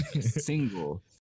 single